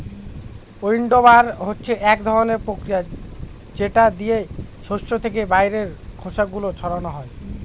উইন্ডবার হচ্ছে এক ধরনের প্রক্রিয়া যেটা দিয়ে শস্য থেকে বাইরের খোসা গুলো ছাড়ানো হয়